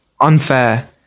unfair